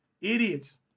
Idiots